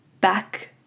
back